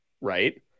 right